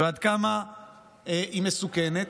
ועד כמה היא מסוכנת,